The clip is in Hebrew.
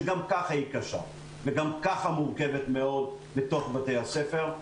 שגם ככה היא קשה ומורכבת מאוד בתוך בתי הספר,